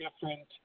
different